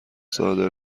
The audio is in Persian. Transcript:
صادر